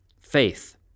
faith